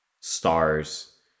stars